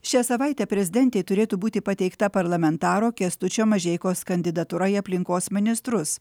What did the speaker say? šią savaitę prezidentei turėtų būti pateikta parlamentaro kęstučio mažeikos kandidatūra į aplinkos ministrus